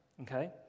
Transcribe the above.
okay